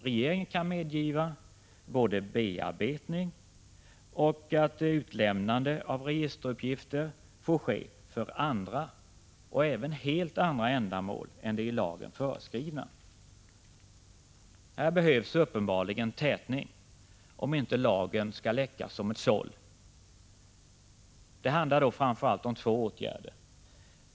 Regeringen kan medge både att bearbetning och utlämnande av registeruppgifter får ske för andra och även helt andra än de i lagen föreskrivna ändamålen. Här behövs uppenbarligen ”tätning”, om inte lagen skall ”läcka som ett såll”. Det handlar då framför allt om två åtgärder.